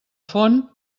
font